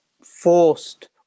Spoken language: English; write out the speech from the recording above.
forced